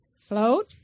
Float